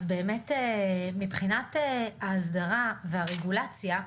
אז באמת מבחינת ההסדרה והרגולציה,